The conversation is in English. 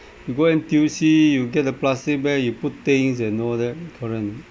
you go N_T_U_C you get the plastic bag you put things and all that correct or